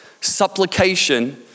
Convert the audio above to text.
supplication